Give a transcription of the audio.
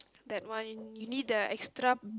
that one you you need the extra